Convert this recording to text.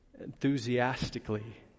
Enthusiastically